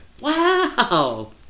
Wow